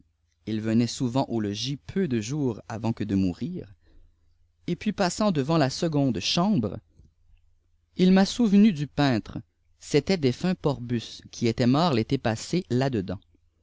il venait souvent au ics peu de joore ayant que de mourir et puis passant devant la seconde chambre il m'a souvenu du peintre c'était défunt porbus qui était mort tété passé là-dedans